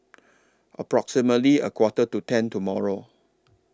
approximately A Quarter to ten tomorrow